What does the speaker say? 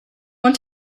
want